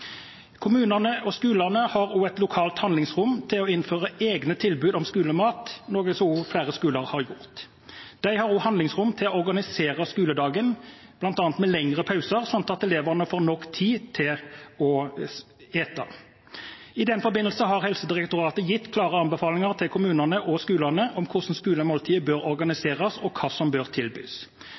Kommunene og skolene har lokalt handlingsrom til å innføre egne tilbud om skolemat, noe som også flere skoler har gjort. De har også handlingsrom til å organisere skoledagen, bl.a. med lengre pauser, slik at elevene får nok tid til å spise. I den forbindelse har Helsedirektoratet gitt klare anbefalinger til kommunene og skolene om hvordan skolemåltidet bør organiseres og hva som bør tilbys.